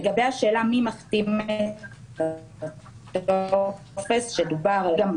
לגבי השאלה מי מחתים את הטופס שדובר עליו,